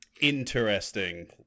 interesting